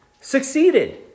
succeeded